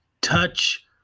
touch